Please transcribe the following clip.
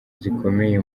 zikomeye